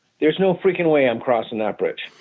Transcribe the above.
there's no freakin' way i'm crossing that bridge.